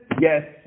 yes